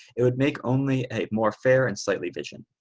it would make only a more fair and slightly vision.